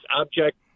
object